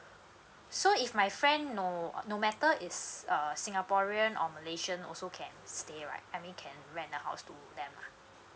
so if my friend no no matter it's err singaporean or malaysian also can stay right I mean can rent the house to them ah